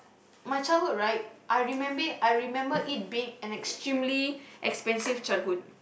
my childhood right I remember I remember it being an extremely expensive childhood